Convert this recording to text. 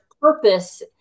purpose